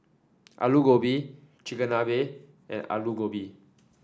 Alu Gobi Chigenabe and Alu Gobi